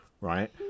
Right